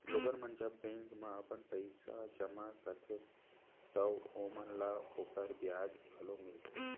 लोगन मन जब बेंक म अपन पइसा जमा करथे तव ओमन ल ओकर बियाज घलौ मिलथे